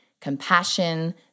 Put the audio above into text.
compassion